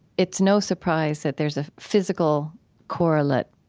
it's no surprise that there's a physical correlate,